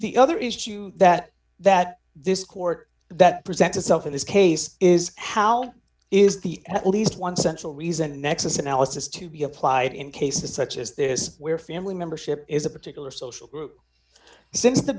the other issue that that this court that presents itself in this case is how is the at least one central reason nexus analysis to be applied in cases such as this where family member ship is a particular social group s